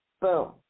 boom